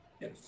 Yes